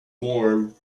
warm